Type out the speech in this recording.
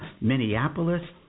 Minneapolis